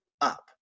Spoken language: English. up